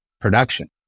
production